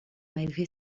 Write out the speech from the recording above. malgré